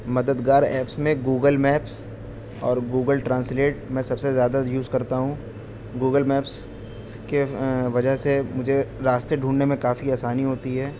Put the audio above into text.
مددگار ایپس میں Google Maps اور گوگل ٹرانسلیٹ میں سب سے زیادہ یوز کرتا ہوں گوگل میپس کے وجہ سے مجھے راستے ڈھونڈنے میں کافی آسانی ہوتی ہے